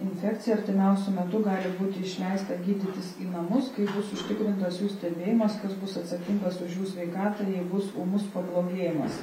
infekcija artimiausiu metu gali būti išleista gydytis į namus kaip bus užtikrintas jų stebėjimas kas bus atsakingas už jų sveikatą jei bus ūmus pablogėjimas